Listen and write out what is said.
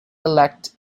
elect